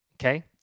Okay